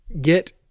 get